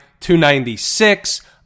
296